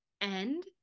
end